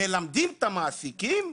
מלמדים את המעסיקים?